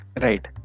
Right